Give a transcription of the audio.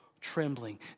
trembling